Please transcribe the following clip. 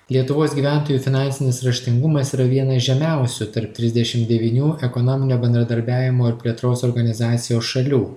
lietuvos gyventojų finansinis raštingumas yra vienas iš žemiausių tarp trisdešim devynių ekonominio bendradarbiavimo ir plėtros organizacijos šalių